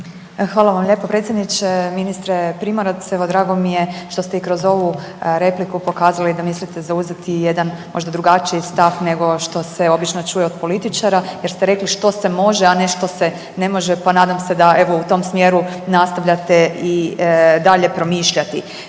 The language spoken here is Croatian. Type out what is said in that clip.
Hvala vam lijepo predsjedniče. Ministre Primorac, evo drago mi je što ste i kroz ovu repliku pokazali da mislite zauzeti možda jedan drugačiji stav nego što se obično čuje od političara jer ste rekli što se može, a ne što se ne može, pa nadam se da evo u tom smjeru nastavljate i dalje promišljati.